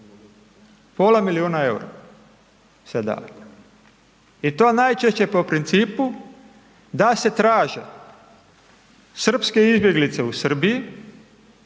Pola milijuna eura se daje. I to najčešće po principu da se traže srpske izbjeglice u Srbiji,